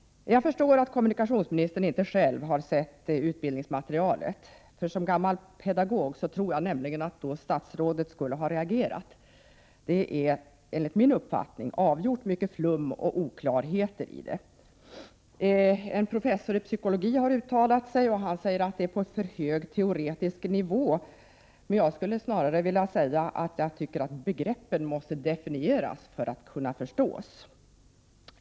Jag förstår att kommunikationsministern inte själv har sett utbildningsmaterialet; jag tror att statsrådet som gammal pedagog i så fall skulle ha reagerat. Det är enligt min uppfattning avgjort mycket flum och oklarheter i materialet. En professor i psykologi har uttalat sig om materialet, och han säger att det ligger på en för hög teoretisk nivå. Jag tycker snarare att begreppen borde definieras för att kunna förstås.